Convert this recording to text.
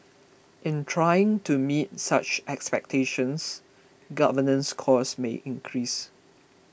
in trying to meet such expectations governance costs may increase